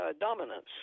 dominance